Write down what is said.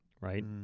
right